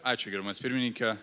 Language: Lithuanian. ačiū gerbiamas pirmininke